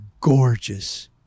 gorgeous